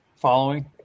following